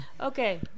Okay